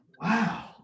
Wow